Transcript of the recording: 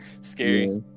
Scary